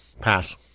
Pass